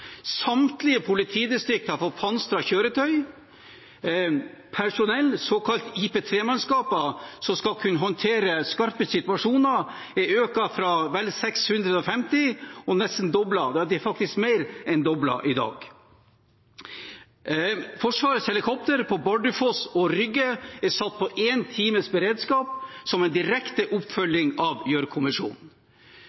Samtlige politidistrikter har fått pansrede kjøretøy. Antall personell, såkalt IP3-mannskaper, som skal kunne håndtere skarpe situasjoner, er økt fra vel 650 til mer enn det dobbelte i dag. Forsvarets helikoptre på Bardufoss og Rygge er satt på én times beredskap, som en direkte